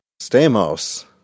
Stamos